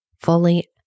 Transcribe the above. fully